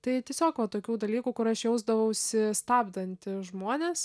tai tiesiog va tokių dalykų kur aš jausdavausi stabdanti žmones